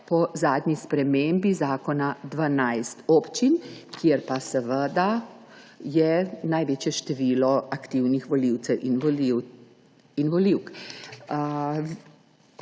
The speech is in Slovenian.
po zadnji spremembi zakona 12 občin, kjer pa je največje število aktivnih volivcev in volivk.